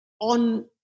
on